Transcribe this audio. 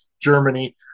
Germany